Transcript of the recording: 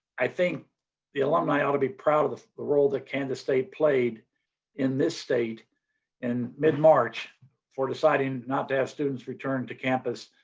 i think the alumni ought to be proud of the the role that kansas state played in this state in mid march for deciding not to have students return to campus.